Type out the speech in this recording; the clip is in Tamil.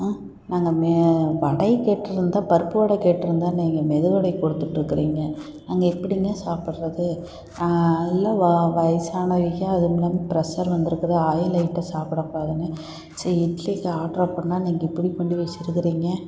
நாங்கள் மே வடை கேட்டுருந்தால் பருப்பு வடை கேட்டுருந்தால் நீங்கள் மெதுவடை கொடுத்து விட்டுருக்குறீங்க நாங்கள் எப்படிங்க சாப்பிட்றது எல்லா வயசானவக அதுவுமில்லாமல் ப்ரெஷர் வந்துருக்குது ஆயில் ஐட்டம் சாப்பிடக்கூடாதுன்னு சரி இட்லிக்கு ஆர்டரை போட்டுருந்தால் நீங்கள் இப்படி பண்ணி வச்சுருக்குறீங்க